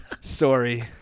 Sorry